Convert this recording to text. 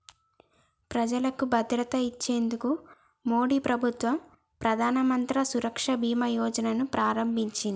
ప్రజలకు భద్రత ఇచ్చేందుకు మోడీ ప్రభుత్వం ప్రధానమంత్రి సురక్ష బీమా యోజన ను ప్రారంభించింది